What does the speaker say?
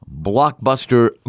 blockbuster